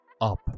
up